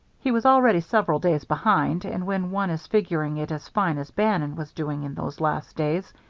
he was already several days behind, and when one is figuring it as fine as bannon was doing in those last days,